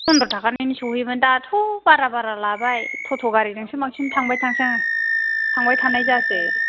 पन्द्र' टाकानिनो सहैयोमोन दाथ' बारा बारा लाबाय ट'ट' गारिजोंसो बांसिन थांबाय थासै आङो थांबाय थानाय जासै